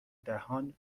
دهان